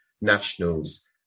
Nationals